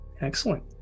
Excellent